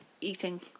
eating